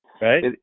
Right